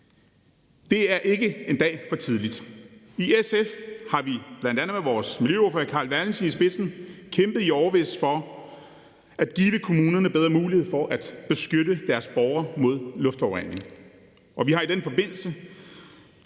Det er ikke en dag for tidligt. I SF har vi bl.a. med vores miljøordfører Carl Valentin i spidsen i årevis kæmpet for at give kommunerne bedre mulighed for at beskytte deres borgere mod luftforurening. Vi har i den forbindelse